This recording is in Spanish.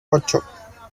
ocho